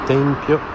Tempio